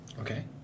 Okay